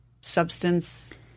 substance